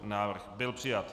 Návrh byl přijat.